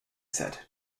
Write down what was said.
said